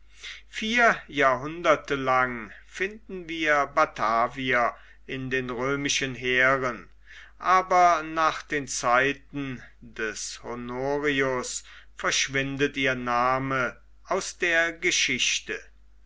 vier jahrhunderte lang finden wir batavier in den römischen heeren aber nach den zeiten des honorius verschwindet ihr name aus der geschichte